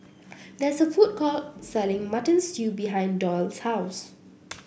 there is a food court selling Mutton Stew behind Doyle's house